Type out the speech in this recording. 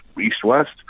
east-west